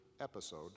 episode